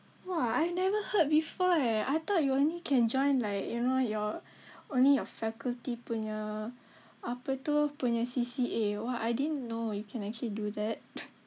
!wah! I've never heard before eh I thought you only can join like you know your only your faculty punya apa tu punya C_C_A !wah! I didn't know you can actually do that